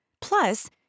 Plus